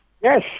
Yes